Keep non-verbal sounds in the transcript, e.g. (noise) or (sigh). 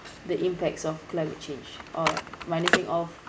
the impacts of climate change or (noise) minusing of